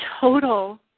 total